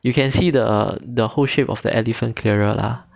you can see the the whole shape of the elephant clearer lah